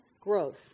growth